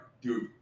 dude